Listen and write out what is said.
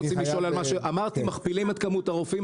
אמרתי שמכפילים את מספר הרופאים,